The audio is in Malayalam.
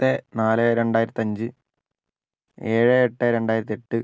പത്ത് നാല് രണ്ടായിരത്തി അഞ്ച് ഏഴ് എട്ട് രണ്ടായിരത്തി എട്ട്